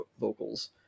vocals